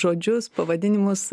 žodžius pavadinimas